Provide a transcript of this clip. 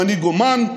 עם מנהיג עומאן,